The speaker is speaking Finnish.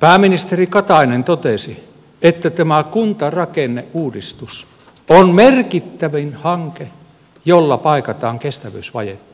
pääministeri katainen totesi että tämä kuntarakenneuudistus on merkittävin hanke jolla paikataan kestävyysvajetta